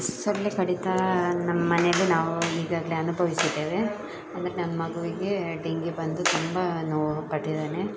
ಸೊಳ್ಳೆ ಕಡಿತ ನಮ್ಮ ಮನೆಲಿ ನಾವು ಈಗಾಗಲೇ ಅನುಭವಿಸಿದ್ದೇವೆ ಅಂದರೆ ನಮ್ಮ ಮಗುವಿಗೆ ಡೆಂಗ್ಯು ಬಂದು ತುಂಬ ನೋವು ಪಟ್ಟಿದ್ದಾನೆ